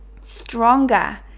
stronger